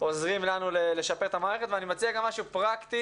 עוזרים לנו לשפר את המערכת ואני מציע גם משהו פרקטי: